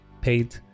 paid